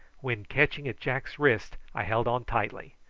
when, catching at jack's wrist, i held on tightly.